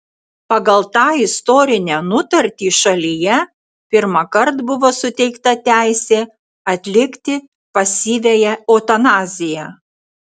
pagal tą istorinę nutartį šalyje pirmąkart buvo suteikta teisė atlikti pasyviąją eutanaziją